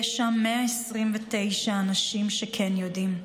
יש שם 129 אנשים שכן יודעים,